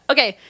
Okay